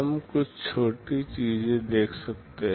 हम कुछ छोटी चीजें देख सकते हैं